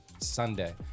Sunday